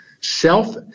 self